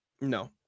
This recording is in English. No